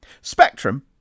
Spectrum